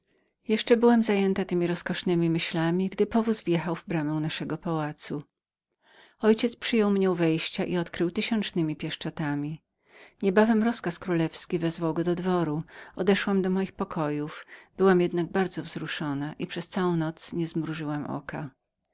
jeszcze byłam zajętą temi rozkosznemi myślami gdy powóz wjechał w bramę naszego pałacu ojciec mój przyjął mnie przy pierwszym wchodzie i okrył tysiącznemi pieszczotami niebawem rozkaz królewski wezwał go do dworu odeszłam do moich pokojów byłam jednak mocną wzuszonąwzruszoną i przez całą noc nie zmrużyłam oka